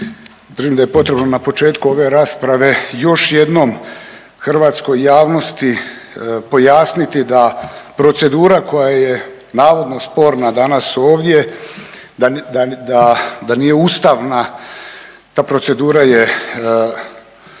Držim da je potrebno na početku ove rasprave još jednom hrvatskoj javnosti pojasniti da procedura koja je navodno sporna danas ovdje, da nije ustavna. Ta procedura je